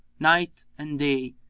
night and day,